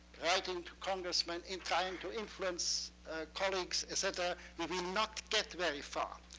writing to congressmen, and trying to influence colleagues, et cetera, we will not get very far.